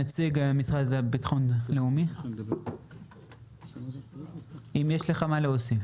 נציג המשרד לביטחון לאומי, האם יש לך משהו להוסיף?